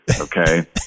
Okay